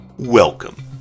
Welcome